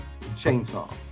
chainsaw